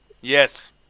Yes